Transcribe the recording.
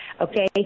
okay